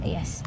Yes